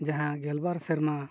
ᱡᱟᱦᱟᱸ ᱜᱮᱞᱵᱟᱨ ᱥᱮᱨᱢᱟ